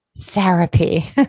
therapy